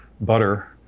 butter